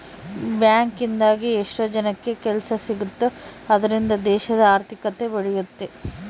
bank ಇಂದಾಗಿ ಎಷ್ಟೋ ಜನಕ್ಕೆ ಕೆಲ್ಸ ಸಿಗುತ್ತ್ ಅದ್ರಿಂದ ದೇಶದ ಆರ್ಥಿಕತೆ ಬೆಳಿಯುತ್ತೆ